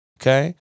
Okay